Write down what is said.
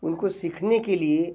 उनको सीखने के लिए